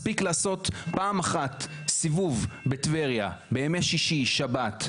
מספיק לעשות פעם אחת סיבוב בטבריה בימי שישי-שבת,